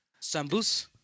Sambus